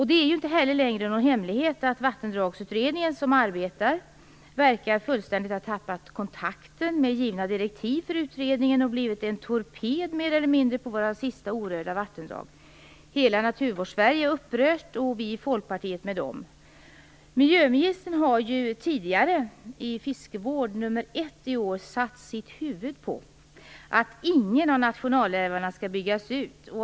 Det är inte heller längre någon hemlighet att Vattendragsutredningen, som arbetar, fullständigt verkar ha tappat kontakten med givna direktiv för utredningen och mer eller mindre blivit en torped på våra sista orörda vattendrag. Hela Naturvårdssverige är upprört, och vi i Folkpartiet också. Miljöministern har tidigare, i Fiskevård nr 1 i år, satt sitt huvud på att ingen av nationalälvarna skall byggas ut.